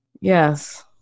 Yes